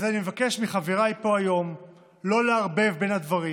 אז אני מבקש מחבריי פה היום לא לערבב בין הדברים.